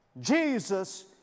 Jesus